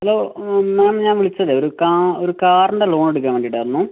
hello ma'am ഞാൻ വിളിച്ചതേ ഒരു ഒരു കാറിൻ്റെ ലോണെടുക്കാൻ വേണ്ടിയിട്ടായിരുന്നു